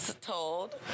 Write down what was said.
told